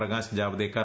Prakash Javadekar